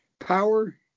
Power